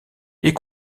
est